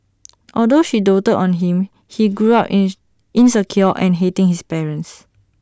although she doted on him he grew up insecure and hating his parents